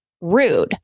rude